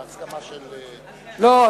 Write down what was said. לא,